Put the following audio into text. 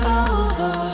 over